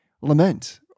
lament